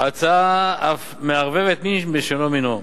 ההצעה מערבבת מין בשאינו מינו,